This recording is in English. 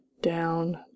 down